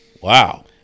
Wow